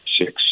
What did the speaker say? six